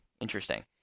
Interesting